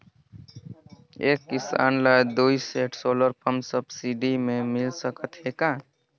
एक किसान ल दुई सेट सोलर पम्प सब्सिडी मे मिल सकत हे का?